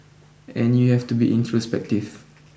and you have to be introspective